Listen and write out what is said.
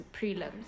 prelims